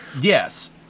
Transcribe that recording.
Yes